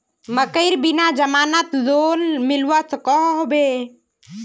मकईर बिना जमानत लोन मिलवा सकोहो होबे?